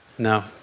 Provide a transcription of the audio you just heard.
No